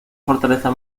fortaleza